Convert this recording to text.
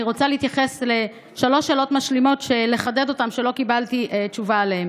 אני רוצה להתייחס לשלוש שאלות משלימות שלא קיבלתי תשובה עליהן,